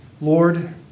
Lord